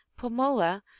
pomola